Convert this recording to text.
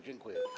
Dziękuję.